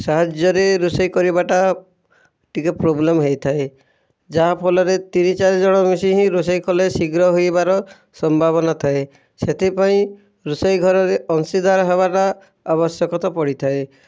ସାହାଯ୍ୟରେ ରୋଷେଇ କରିବାଟା ଟିକେ ପ୍ରୋବ୍ଲେମ୍ ହୋଇଥାଏ ଯାହାଫଲରେ ତିନି ଚାରି ଜଣ ମିଶି ହିଁ ରୋଷେଇ କଲେ ଶୀଘ୍ର ହୋଇବାର ସମ୍ଭାବନା ଥାଏ ସେଥିପାଇଁ ରୋଷେଇ ଘରରେ ଅଂଶୀଦାର ହେବାଟା ଆବଶ୍ୟକତା ପଡ଼ିଥାଏ